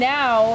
now